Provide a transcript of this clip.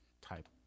type